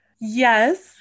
yes